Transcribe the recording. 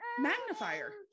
magnifier